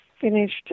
finished